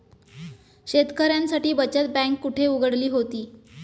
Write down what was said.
शेतकऱ्यांसाठी बचत बँक कुठे उघडली होती?